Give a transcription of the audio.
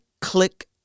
click